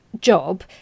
job